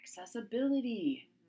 Accessibility